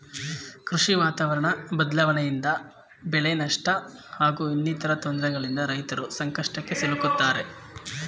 ಕೃಷಿ ವಾತಾವರಣ ಬದ್ಲಾವಣೆಯಿಂದ ಬೆಳೆನಷ್ಟ ಹಾಗೂ ಇನ್ನಿತರ ತೊಂದ್ರೆಗಳಿಂದ ರೈತರು ಸಂಕಷ್ಟಕ್ಕೆ ಸಿಲುಕ್ತಾರೆ